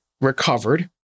recovered